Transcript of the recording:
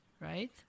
Right